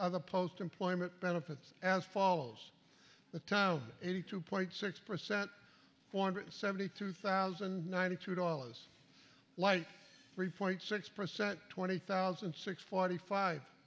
other post employment benefits as follows the time of eighty two point six percent four hundred seventy three thousand ninety two dollars like three point six percent twenty thousand six forty five